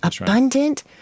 abundant